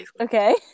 Okay